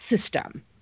system